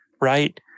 right